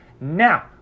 Now